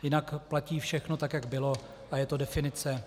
Jinak platí všechno tak, jak bylo, a je to definice.